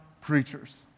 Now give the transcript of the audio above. preachers